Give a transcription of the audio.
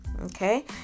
Okay